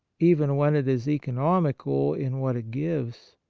even when it is economical in what it gives,